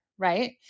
Right